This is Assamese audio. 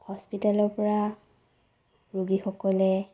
হস্পিতালৰ পৰা ৰোগীসকলে